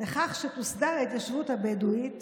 לכך שתוסדר ההתיישבות הבדואית